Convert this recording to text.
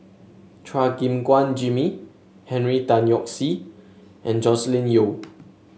Chua Gim Guan Jimmy Henry Tan Yoke See and Joscelin Yeo